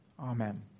amen